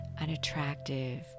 unattractive